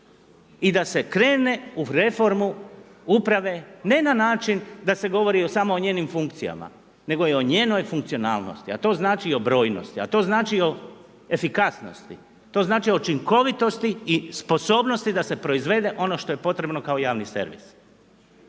i da se krene u reformu uprave, ne na način da se govori samo o njenim funkcijama, nego i o njenoj funkcionalnosti, a to znači i o brojnosti, a to znači i o efikasnosti, to znači učinkovitosti i sposobnosti da se proizvede ono što je potrebno kao javni servis.